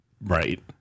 right